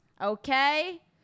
okay